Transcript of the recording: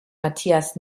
matthias